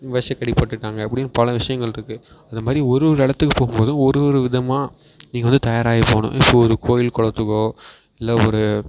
விஷக் கடிப்பட்டுட்டாங்க அப்படின்னு பல விஷயங்கள் இருக்குது அந்த மாதிரி ஒரு ஒரு இடத்துக்கு போகும்போதும் ஒரு ஒரு விதமாக நீங்கள் வந்து தயாராகி போகணும் இப்போ ஒரு கோயில் குளத்துக்கோ இல்லை ஒரு